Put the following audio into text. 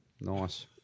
nice